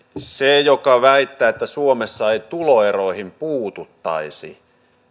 se joka väittää että suomessa ei tuloeroihin puututtaisi